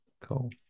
cool